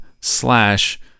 slash